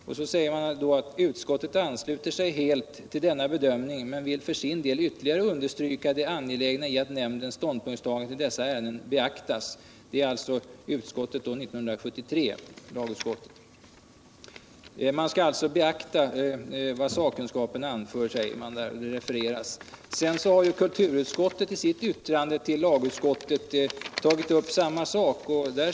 Vidare heter det: ”Utskottet ansluter sig helt till denna bedömning, men vill för sin del ytterligare understryka det angelägna i att nämndens ståndpunktstagande i dessa ärenden beaktas.” Det var alltså vad lagutskottet skrev år 1973. Kulturutskottet har i sitt yttrande till lagutskottet tagit upp samma sak. I bil.